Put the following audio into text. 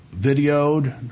videoed